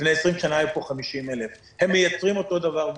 לפני 20 שנים היו פה 50,000. הם מייצרים אותו דבר ויותר.